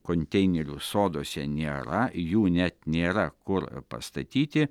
konteinerių soduose nėra jų net nėra kur pastatyti